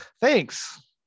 Thanks